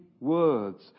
Words